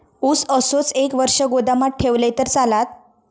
ऊस असोच एक वर्ष गोदामात ठेवलंय तर चालात?